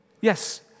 Yes